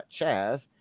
Chaz